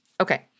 Okay